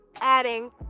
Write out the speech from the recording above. adding